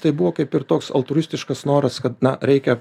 tai buvo kaip ir toks altruistiškas noras kad na reikia